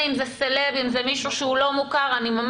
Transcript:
לא משנה אם זה של סלב, אם זה של מישהו לא מוכר.